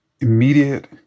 immediate